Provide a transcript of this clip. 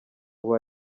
ubu